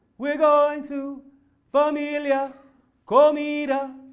we're going to familiar, comida,